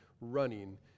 running